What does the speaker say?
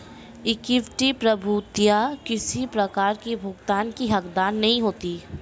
equity प्रभूतियाँ किसी प्रकार की भुगतान की हकदार नहीं होती